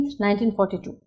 1942